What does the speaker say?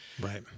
Right